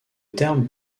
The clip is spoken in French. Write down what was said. terme